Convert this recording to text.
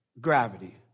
Gravity